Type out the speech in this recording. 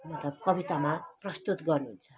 मतलब कवितामा प्रस्तुत गर्नुहुन्छ